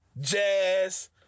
Jazz